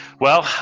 well,